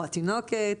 או התינוקת.